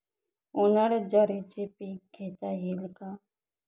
उन्हाळ्यात ज्वारीचे पीक घेता येईल का?